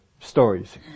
stories